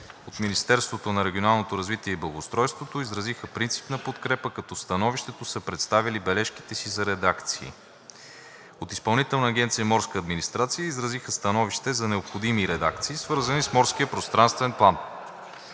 От Министерството на регионалното развитие и благоустройството изразиха принципна подкрепа, като в становището са представили бележките си за редакции. От Изпълнителната агенция „Морска администрация“ изразиха становище за необходими редакции, свързани с морския пространствен план.